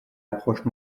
approche